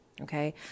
Okay